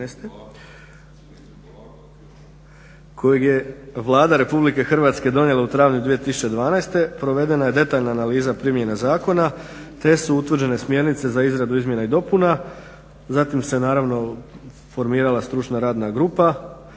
kojeg je Vlada Republike Hrvatske donijela u travnju 2012. provedena je detaljna analiza primjene zakona te su utvrđene smjernice za izradu izmjena i dopuna. Zatim se naravno formirala stručna radna grupa